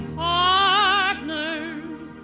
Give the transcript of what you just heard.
partners